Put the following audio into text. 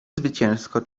zwycięsko